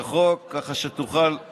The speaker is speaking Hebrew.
אתה מקבל את זה?